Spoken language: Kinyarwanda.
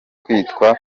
kwitwa